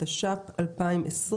התש"ף-"2020